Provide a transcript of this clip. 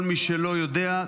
כל מי שלא יודע,